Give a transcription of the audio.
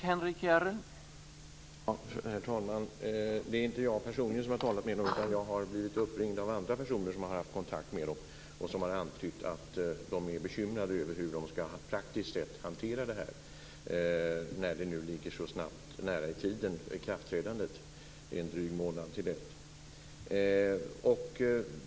Herr talman! Jag har inte personligen talat med organisationerna, utan jag har blivit uppringd av andra personer som har haft kontakt med dem och som har antytt att man är bekymrad över hur man skall hantera det här praktiskt sett när ikraftträdandet nu ligger så nära i tiden. Det är en dryg månad till dess.